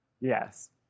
Yes